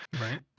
right